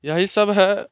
यही सब है